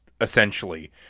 essentially